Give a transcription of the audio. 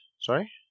Sorry